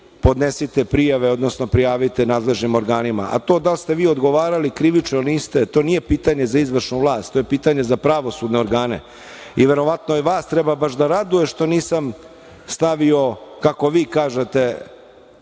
podnesite prijave, odnosno prijavite nadležnim organima. A to da li ste vi krivično odgovarali ili niste, to nije pitanje za izvršnu vlast, to je pitanje za pravosudne organe. Verovatno i vas treba baš da raduje što nisam stavio, kako vi kažete,